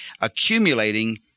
accumulating